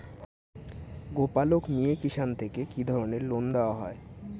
গোপালক মিয়ে কিষান থেকে কি ধরনের লোন দেওয়া হয়?